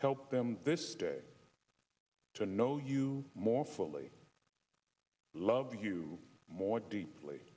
help them this day to know you more fully love you more deeply